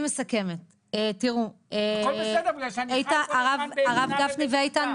הכול בסדר בגלל ש --- הרב גפני ואיתן,